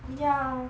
ya